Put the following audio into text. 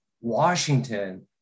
Washington